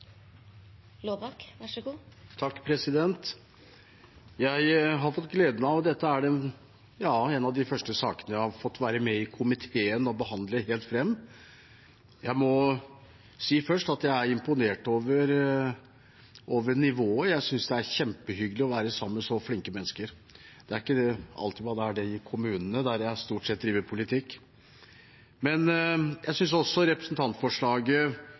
Dette er en av de første sakene jeg har fått gleden av å være med i komiteen og behandle helt frem. Jeg må først si at jeg er imponert over nivået. Jeg synes det er kjempehyggelig å være sammen med så flinke mennesker. Det er ikke alltid man er det i kommunene, der jeg stort sett driver politikk. Jeg synes også disse ti forslagene i representantforslaget